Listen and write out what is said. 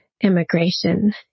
immigration